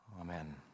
amen